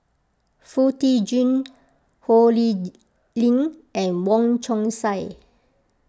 Foo Tee Jun Ho Lee Ling and Wong Chong Sai